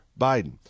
Biden